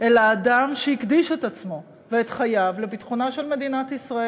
אלא אדם שהקדיש את עצמו ואת חייו לביטחונה של מדינת ישראל,